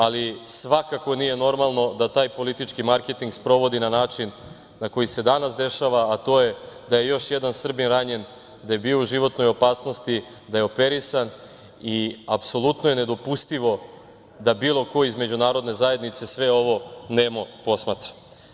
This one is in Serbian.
Ali, svakako nije normalno da taj politički marketing sprovodi na način koji se danas dešava, a to je da je još jedan Srbin ranjen, da je bio u životnoj opasnosti, da je operisan, apsolutno je nedopustivo da bilo ko iz međunarodne zajednice sve ovo nemo posmatra.